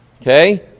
Okay